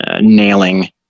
nailing